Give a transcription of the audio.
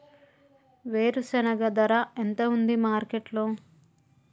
వేరుశెనగ ధర ఎంత ఉంది మార్కెట్ లో?